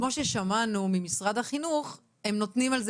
כמו ששמענו ממשרד החינוך והם נותנים על זה